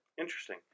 Interesting